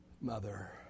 Mother